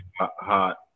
hot